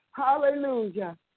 Hallelujah